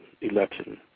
election